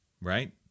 right